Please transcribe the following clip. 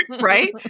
right